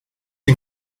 and